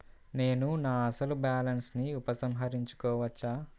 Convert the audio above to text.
నేను నా అసలు బాలన్స్ ని ఉపసంహరించుకోవచ్చా?